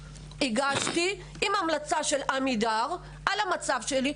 הגשתי לחמש ועדות עם המלצה של "עמידר" על המצב שלי,